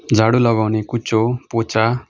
झाडु लगाउने कुच्चो पोचा